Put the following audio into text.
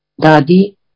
Dadi